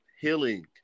healing